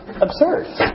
absurd